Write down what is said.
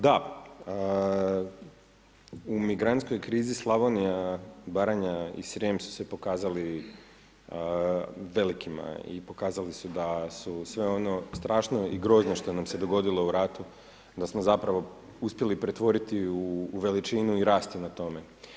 Da, u migrantskoj krizi Slavonija i Baranja i Srijem su se pokazali velikima i pokazali su da su sve ono strašno i grozno što nam se dogodilo u ratu da smo uspjeli pretvoriti u veličinu i rasti na tome.